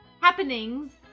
happenings